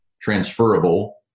transferable